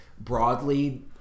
broadly